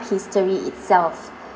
history itself